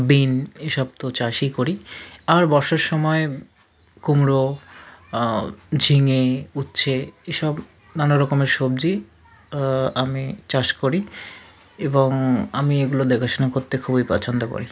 বিন এই সব তো চাষই করি আর বর্ষার সময় কুমড়ো ঝিঙে উচ্ছে এসব নানা রকমের সবজি আমি চাষ করি এবং আমি এগুলো দেখাশোনা করতে খুবই পছন্দ করি